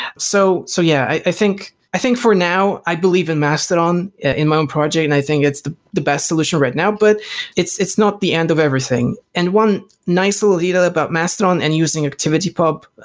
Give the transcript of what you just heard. so so yeah, i think i think for now i believe in mastodon, in my own project, and i think it's the the best solution right now, but it's it's not the end of everything. and one nice about mastodon and using activity pub,